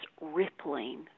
rippling